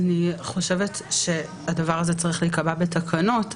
אני חושבת שהדבר הזה צריך להיקבע בתקנות,